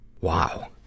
Wow